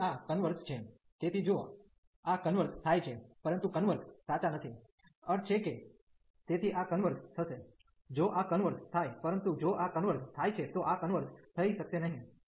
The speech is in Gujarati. તેથી આ કન્વર્ઝ છે તેથી જો આ કન્વર્ઝ થાય છે પરંતુ કન્વર્ઝ સાચા નથી અર્થ છે કે તેથી આ કન્વર્ઝ થશે જો આ કન્વર્ઝ થાય પરંતુ જો આ કન્વર્ઝ થાય છે તો આ કન્વર્ઝ થઈ શકશે નહીં